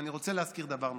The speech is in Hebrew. ואני רוצה להזכיר דבר נוסף.